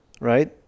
right